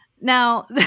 Now